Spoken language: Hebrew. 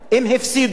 אם הן הפסידו,